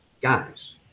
Guys